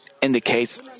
indicates